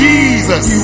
Jesus